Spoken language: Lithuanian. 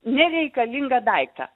nereikalingą daiktą